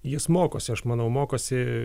jis mokosi aš manau mokosi